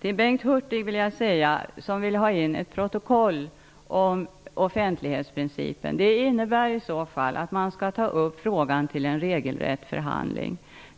Bengt Hurtig efterlyser ett protokoll om offentlighetsprincipen. Det skulle i så fall innebära att frågan tas upp till en regelrätt förhandling.